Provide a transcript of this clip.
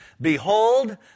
Behold